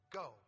go